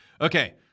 Okay